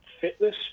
fitness